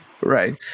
Right